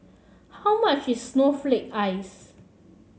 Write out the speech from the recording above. how much is Snowflake Ice